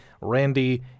Randy